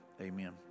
amen